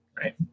right